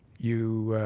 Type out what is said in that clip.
you.